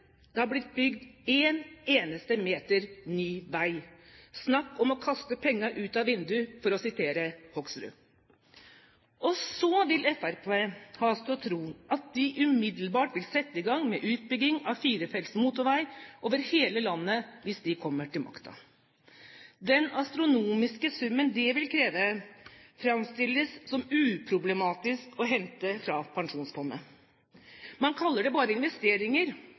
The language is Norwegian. det har blitt bygd en eneste meter ny vei. Snakk om å «kaste penger ut av vinduet», for å sitere Hoksrud. Så vil Fremskrittspartiet ha oss til å tro at de umiddelbart vil sette i gang med utbygging av firefelts motorvei over hele landet hvis de kommer til makta. Den astronomiske summen det vil kreve, framstilles som uproblematisk å hente fra pensjonsfondet. Man kaller det bare investeringer,